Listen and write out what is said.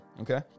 Okay